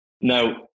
Now